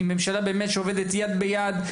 עם ממשלה שעובדת יד ביד,